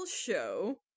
show